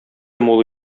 мул